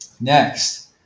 next